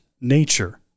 nature